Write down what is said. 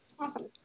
Awesome